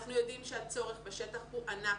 אנחנו יודעים שהצורך בשטח הוא ענק,